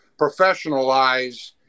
professionalize